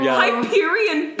hyperion